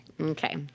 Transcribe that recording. Okay